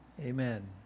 amen